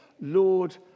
Lord